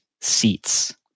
seats